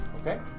Okay